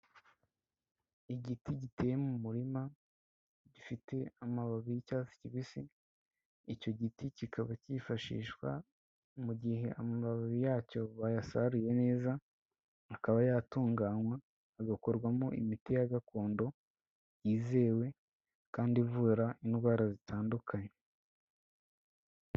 Igiti giteye mu murima, gifite amababi y'icyatsi kibisi, icyo giti kikaba cyifashishwa mu gihe amababi yacyo bayasaruye neza, akaba yatunganywa, agakorwamo imiti ya gakondo, yizewe, kandi ivura indwara zitandukanye.